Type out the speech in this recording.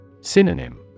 Synonym